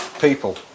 people